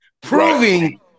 proving